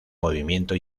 movimiento